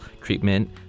treatment